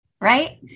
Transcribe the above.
right